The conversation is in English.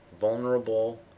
Vulnerable